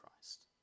Christ